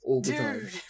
Dude